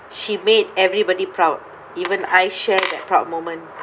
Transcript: she made everybody proud even I share that proud moment